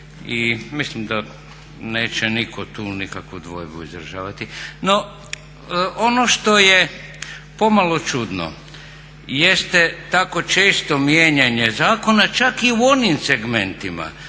mislim da neće niko tu nikakvu dvojbu izražavati. No, ono što je pomalo čudno jeste tako često mijenjanje zakona čak i u onim segmentima